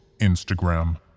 Instagram